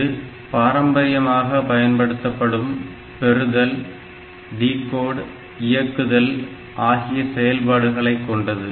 இது பாரம்பரியமாக பயன்படுத்தப்படும் பெறுதல் டிகோட் இயக்குதல் ஆகிய செயல்பாடுகளை கொண்டது